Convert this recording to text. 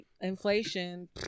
inflation